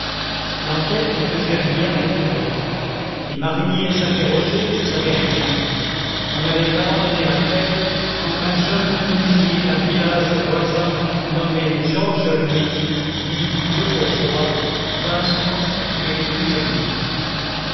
l'enquête ne faisait rien découvrir les mariniers interrogés ne savaient rien on allait abandonner l'affaire quand un jeune menuisier d'un village voisin nommé georges louis dit le bourgeois vint se constituer prisonnier